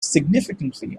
significantly